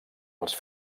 els